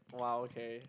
wow okay